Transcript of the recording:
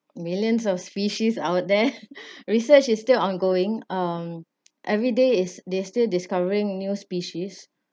millions of species out there research is still ongoing um everyday is they still discovering new species